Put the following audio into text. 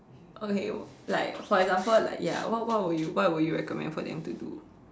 okay like for example like ya what what would you what would you recommend for them to do